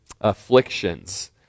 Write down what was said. afflictions